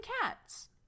cats